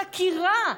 חקירה.